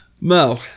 no